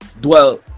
dwell